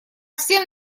всем